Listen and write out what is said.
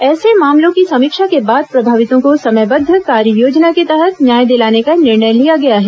ऐसे मामलों की समीक्षा के बाद प्रभावितों को समयबद्ध कार्ययोजना के तहत न्याय दिलाने का निर्णय लिया गया है